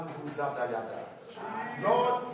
Lord